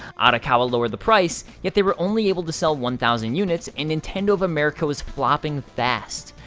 arakawa lowered the price, yet they were only able to sell one thousand units, and nintendo of america was flopping fast.